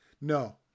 No